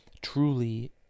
truly